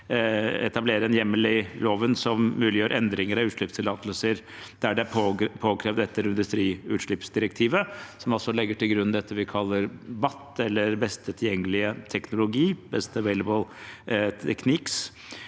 etablere en hjemmel i loven som muliggjør endringer av utslippstillatelser der det er påkrevd etter industriutslippsdirektivet, som legger til grunn dette vi kaller BAT, eller beste tilgjengelige teknologi – «best available techniques».